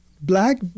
black